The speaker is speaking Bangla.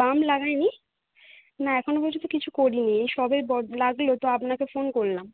বাম লাগাই নি না এখনো পর্যন্ত কিছু করি নি এই সবে ব লাগলো তো আপনাকে ফোন করলাম